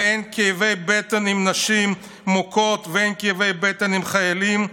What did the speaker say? ואין כאבי בטן עם נשים מוכות ואין כאבי בטן עם חיילים,